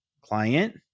client